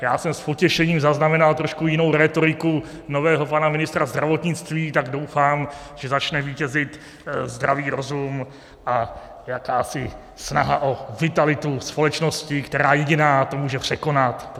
Já jsem s potěšením zaznamenal trošku jinou rétoriku nového pana ministra zdravotnictví, tak doufám, že začne vítězit zdravý rozum a jakási snaha o vitalitu společnosti, která jediná to může překonat.